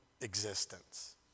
existence